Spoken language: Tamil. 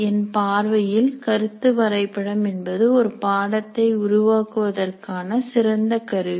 என் பார்வையில் கருத்துவரைபடம் என்பது ஒரு பாடத்தை உருவாக்குவதற்கான சிறந்த கருவி